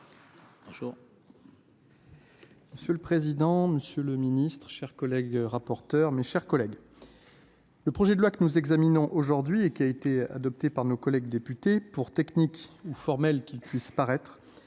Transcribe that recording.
Sous le président, Monsieur le Ministre, chers collègues, rapporteurs, mes chers collègues. Le projet de loi que nous examinons aujourd'hui et qui a été adopté par nos collègues députés pour technique ou formelle qu'il puisse paraître